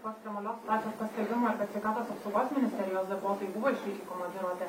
po ekstremalios situacijos paskelbimo ir kad sveikatos apsaugos ministerijos darbuotojai buvo išvykę į komandiruotę